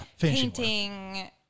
painting